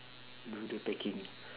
do the packing